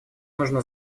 нужно